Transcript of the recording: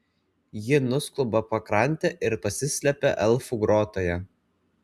ji nuskuba pakrante ir pasislepia elfų grotoje